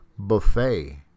buffet